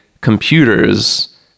computers